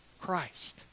Christ